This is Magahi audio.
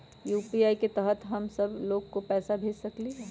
यू.पी.आई के तहद हम सब लोग को पैसा भेज सकली ह?